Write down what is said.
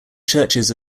churches